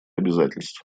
обязательств